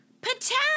Patel